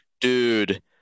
Dude